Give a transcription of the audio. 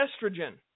estrogen